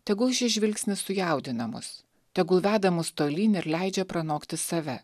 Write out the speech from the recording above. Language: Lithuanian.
tegul šis žvilgsnis sujaudina mus tegul veda mus tolyn ir leidžia pranokti save